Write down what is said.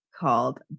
called